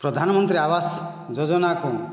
ପ୍ରଧାନମନ୍ତ୍ରୀ ଆବାସ ଯୋଜନାକୁ